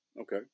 Okay